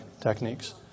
techniques